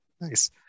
Nice